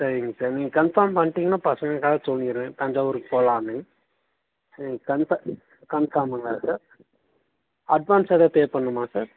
சரிங்க சார் நீங்கள் கன்ஃபார்ம் பண்ணிட்டீங்கன்னா பசங்காக சொல்லிறேன் தஞ்சாவூருக்கு போகலாமே கன்ஃப கன்ஃபார்முங்கள சார் அட்வான்ஸ் எதா பே பண்ணுமா சார்